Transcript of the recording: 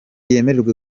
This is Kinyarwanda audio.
yemererwe